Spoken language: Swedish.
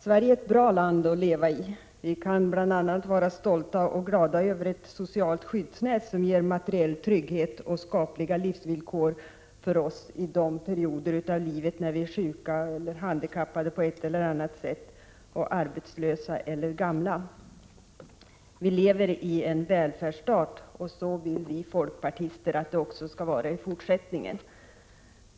Sverige är ett bra land att leva i. Vi kan bl.a. vara stolta och glada över ett socialt skyddsnät, som ger materiell trygghet och skapliga livsvillkor för oss i de perioder av livet när vi är sjuka, handikappade på ett eller annat sätt, arbetslösa eller gamla. Vi lever i en välfärdsstat, och så vill vi folkpartister ha det också i fortsättningen.